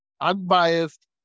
unbiased